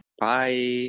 Bye